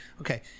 Okay